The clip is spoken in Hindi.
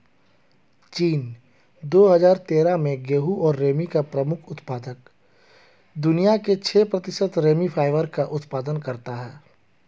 चीन, दो हजार तेरह में गेहूं और रेमी का प्रमुख उत्पादक, दुनिया के छह प्रतिशत रेमी फाइबर का उत्पादन करता है